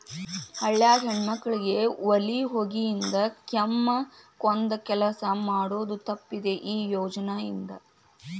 ಹಳ್ಯಾಗ ಹೆಣ್ಮಕ್ಕಳಿಗೆ ಒಲಿ ಹೊಗಿಯಿಂದ ಕೆಮ್ಮಕೊಂದ ಕೆಲಸ ಮಾಡುದ ತಪ್ಪಿದೆ ಈ ಯೋಜನಾ ಇಂದ